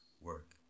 work